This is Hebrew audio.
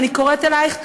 אני קוראת לך,